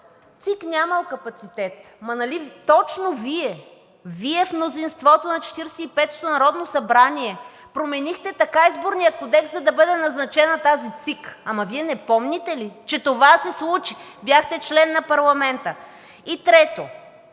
ЦИК нямала капацитет! Ама нали точно Вие – Вие в мнозинството на 45-ото народно събрание, променихте така Изборния кодекс, за да бъде назначена тази ЦИК? Ама, Вие не помните ли, че това се случи? Бяхте член на парламента! И трето,